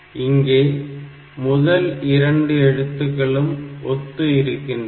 இங்கே முதல் இரண்டு எழுத்துக்களும் ஒத்து இருக்கின்றன